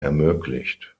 ermöglicht